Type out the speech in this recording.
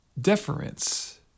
deference